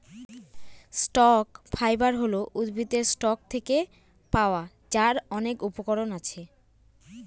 stock fibre হল উদ্ভিদের stalk থেকে পাওয়া যার অনেক উপকরণ আছে